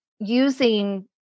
using